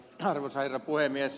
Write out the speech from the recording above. arvoisa herra puhemies